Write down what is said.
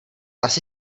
asi